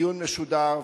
דיון משודר.